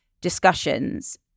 discussions